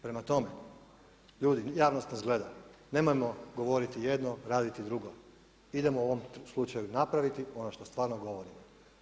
Prema toma, ljudi, javnost nas gleda, nemojmo govoriti jedno, raditi drugo, idemo u ovom slučaju napraviti ono što stvarno govorimo.